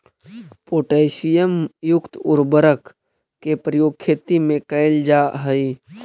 potassium युक्त उर्वरक के प्रयोग खेती में कैल जा हइ